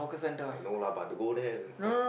I know lah but to go there there's